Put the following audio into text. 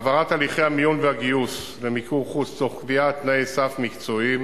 העברת הליכי המיון והגיוס למיקור-חוץ תוך קביעת תנאי סף מקצועיים,